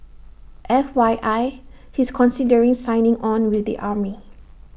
F Y I he's considering signing on with the army